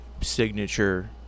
signature